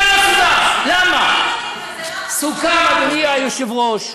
כן, כבוד היושב-ראש,